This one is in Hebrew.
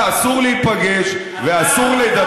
כושל.